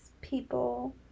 people